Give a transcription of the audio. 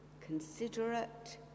considerate